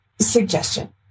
suggestion